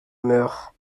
meurt